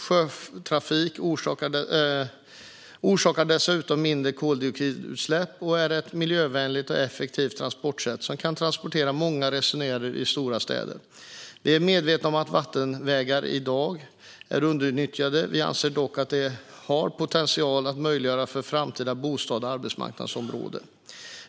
Sjötrafik orsakar dessutom mindre koldioxidutsläpp och är ett miljövänligt och effektivt transportsätt som kan transportera många resenärer i stora städer. Vi är medvetna om att vattenvägarna i dag är underutnyttjade. Vi anser dock att de har potential att möjliggöra för framtida bostads och arbetsmarknadsområden.